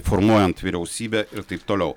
formuojant vyriausybę ir taip toliau